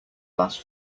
last